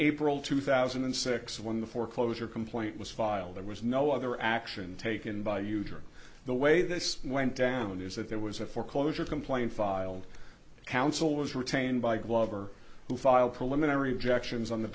april two thousand and six when the foreclosure complaint was filed there was no other action taken by huge or the way this went down is that there was a foreclosure complaint filed counsel was retained by glover who filed preliminary objections on the